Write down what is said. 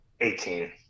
Eighteen